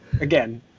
again